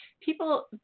people